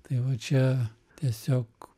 tai va čia tiesiog